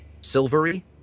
silvery